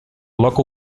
bloc